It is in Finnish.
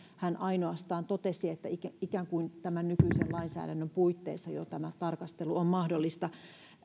hän ainoastaan totesi että jo tämän nykyisen lainsäädännön puitteissa tämä tarkastelu on mahdollista